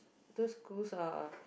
those schools are